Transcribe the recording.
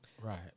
Right